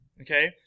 okay